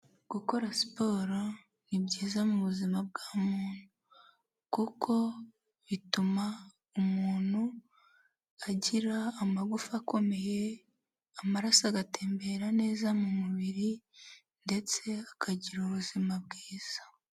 Gukora siporo ni byiza mu buzima bwa muntu, kuko bituma umuntu agira amagufa akomeye, amaraso agatembera neza mu mubiri, ndetse akagira ubuzima bwiza.